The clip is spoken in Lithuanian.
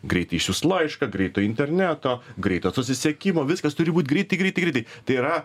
greit išsiųst laišką greito interneto greito susisiekimo viskas turi būt greitai greitai greitai tai yra